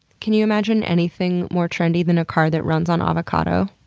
can you imagine anything more trendy than a car that runs on avocado?